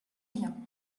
rien